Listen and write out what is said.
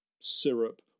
syrup